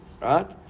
Right